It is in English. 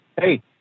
Hey